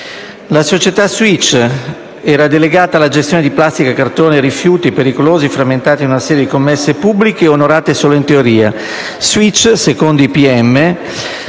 la società Switch era delegata alla gestione di plastica, cartone e rifiuti pericolosi (frammentati in una serie di commesse pubbliche onorate solo in teoria). La Switch, secondo i pm,